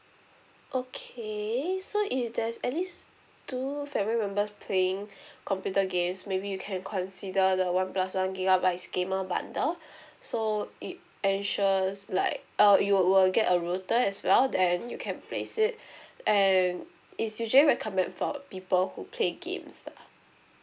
okay so if there's at least two family members playing computer games maybe you can consider the one plus one gigabytes gamer bundle so it ensures like uh you will get a router as well then you can place it and it's usually recommend for people who play games lah